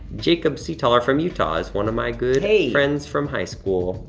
jacob c. taller from utah is one of my good friends from high school.